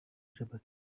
capati